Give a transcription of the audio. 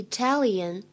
Italian